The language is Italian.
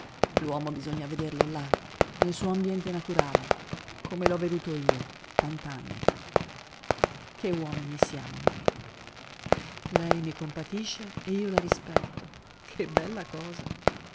l'uomo bisogna vederlo là nel suo ambiente naturale come l'ho veduto io tant'anni che uomini siamo noi lei mi compatisce e io la rispetto che bella cosa